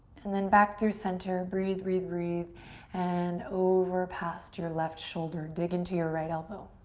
and then back through center, breathe, breathe breathe and over past your left shoulder, dig into your right elbow.